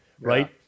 right